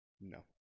No